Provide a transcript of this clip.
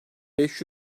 beş